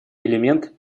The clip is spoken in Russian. элемент